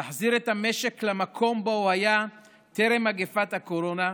להחזיר את המשק למקום שבו הוא היה טרם מגפת הקורונה,